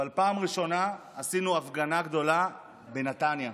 אבל פעם ראשונה עשינו הפגנה גדולה בנתניה.